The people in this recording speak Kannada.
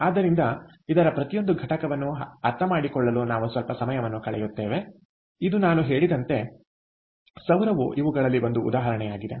ಆದ್ದರಿಂದ ಇದರ ಪ್ರತಿಯೊಂದು ಘಟಕವನ್ನು ಅರ್ಥಮಾಡಿಕೊಳ್ಳಲು ನಾವು ಸ್ವಲ್ಪ ಸಮಯವನ್ನು ಕಳೆಯುತ್ತೇವೆ ಇದು ನಾನು ಹೇಳಿದಂತೆ ಸೌರವು ಇವುಗಳಲ್ಲಿ ಒಂದು ಉದಾಹರಣೆಯಾಗಿದೆ